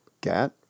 Gat